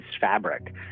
fabric